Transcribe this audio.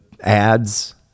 ads